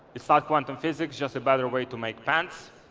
it's not quantum physics just a better way to make pants.